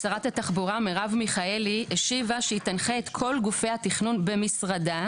שרת התחבורה מירב מיכאלי השיבה שהיא תנחה את כל גופי התכנון במשרדה